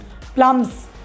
plums